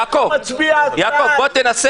נראה אותך מצביע בעד.